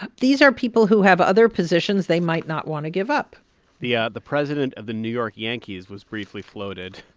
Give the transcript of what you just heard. these are people who have other positions they might not want to give up yeah. the president of the new york yankees was briefly floated,